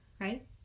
right